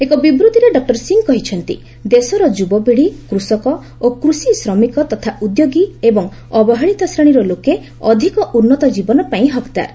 ଏକ ବିବୃତ୍ତିରେ ଡକ୍କର ସିଂ କହିଛନ୍ତି ଦେଶର ଯୁବାପିଢୀ କୃଷକ ଓ କୃଷି ଶ୍ରମିକ ତଥା ଉଦ୍ୟୋଗୀ ଏବଂ ଅବହେଳିତ ଶ୍ରେଣୀର ଲୋକେ ଅଧିକ ଉନ୍ନତ ଜୀବନ ପାଇଁ ହକ୍ଦାର